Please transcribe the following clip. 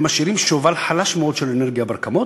הם משאירים שובל חלש מאוד של אנרגיה ברקמות,